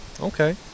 Okay